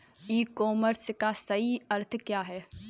ई commerce का सही अर्थ क्या है?